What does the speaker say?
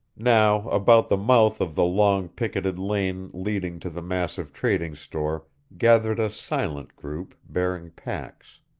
now about the mouth of the long picketed lane leading to the massive trading store gathered a silent group, bearing packs.